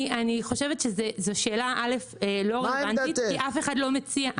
זו שאלה לא רלוונטית כי אף אחד לא מציע את זה.